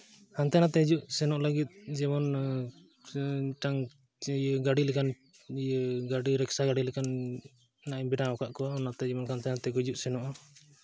ᱦᱟᱱᱛᱮ ᱱᱟᱛᱮ ᱦᱤᱡᱩᱜ ᱥᱮᱱᱚᱜ ᱞᱟᱹᱜᱤᱫ ᱡᱮᱢᱚᱱ ᱢᱤᱫᱴᱟᱝ ᱜᱟᱹᱰᱤ ᱞᱮᱠᱟᱱ ᱤᱭᱟᱹ ᱜᱟᱹᱰᱤ ᱨᱤᱠᱥᱟ ᱜᱟᱹᱰᱤ ᱞᱮᱠᱟᱱ ᱚᱱᱟᱧ ᱵᱮᱱᱟᱣ ᱟᱠᱟᱫ ᱠᱚᱣᱟ ᱚᱱᱟᱛᱮ ᱚᱱᱠᱟ ᱦᱟᱱᱛᱮ ᱱᱟᱱᱛᱮ ᱠᱚ ᱦᱤᱡᱩᱜ ᱥᱮᱱᱚᱜᱼᱟ